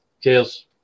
Cheers